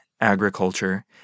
agriculture